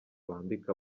bambika